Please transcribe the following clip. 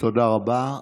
תודה רבה.